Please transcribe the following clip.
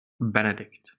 Benedict